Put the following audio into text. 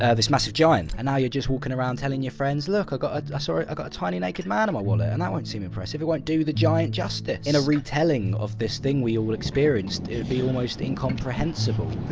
ah this massive giant! and now you're just walking around, telling your friends, look! i got. i saw i i got a tiny naked man in my wallet! and that won't seem impressive it won't do the giant justice! in a retelling of this thing we all experienced, it would be almost incomprehensible.